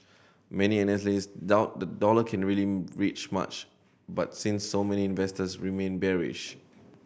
many analysts doubt the dollar can rally reach much but since so many investors remain bearish